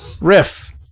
Riff